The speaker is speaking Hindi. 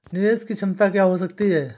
निवेश की क्षमता क्या हो सकती है?